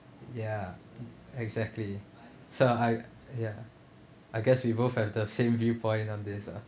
ya exactly so I ya I guess we both have the same viewpoint on this ah